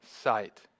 sight